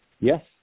Yes